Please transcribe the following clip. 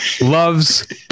loves